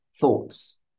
thoughts